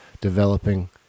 developing